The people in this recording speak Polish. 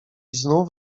znów